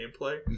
gameplay